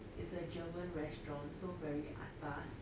it's a german restaurant so very atas